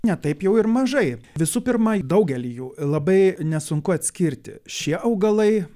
ne taip jau ir mažai visų pirma daugelį jų labai nesunku atskirti šie augalai